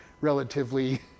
relatively